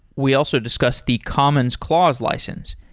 we also discussed the commons clause license,